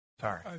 Sorry